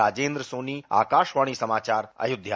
राजेंद्र सोनीआकाशवाणी समाचार अयोध्या